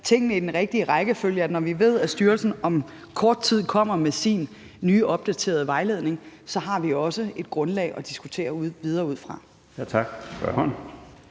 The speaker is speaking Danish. tingene i den rigtige rækkefølge, nemlig at vi ved, at styrelsen om kort tid kommer med sin nye opdaterede vejledning, og så har vi også et grundlag at diskutere videre ud fra. Kl.